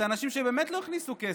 אלה אנשים שבאמת לא הכניסו כסף.